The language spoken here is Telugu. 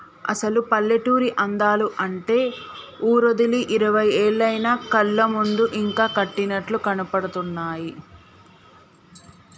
అసలు పల్లెటూరి అందాలు అంటే ఊరోదిలి ఇరవై ఏళ్లయినా కళ్ళ ముందు ఇంకా కట్టినట్లు కనబడుతున్నాయి